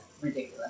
ridiculous